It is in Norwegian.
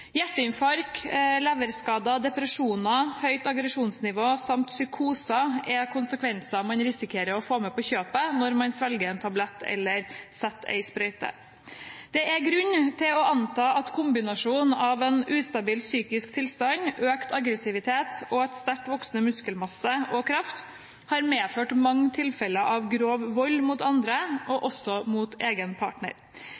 leverskader, depresjoner, høyt aggresjonsnivå samt psykoser er konsekvenser man risikerer å få med på kjøpet når man svelger en tablett eller setter en sprøyte. Det er grunn til å anta at kombinasjonen av en ustabil psykisk tilstand, økt aggressivitet og en sterkt voksende muskelmasse og -kraft har medført mange tilfeller av grov vold mot andre,